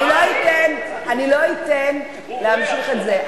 אני לא אתן להמשיך את זה.